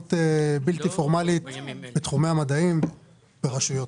פעילות בלתי פורמלית בתחומי המדעים ברשויות.